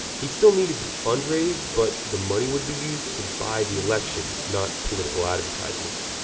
he still needed to fundraise, but the money would be used to buy the election, not political advertisements.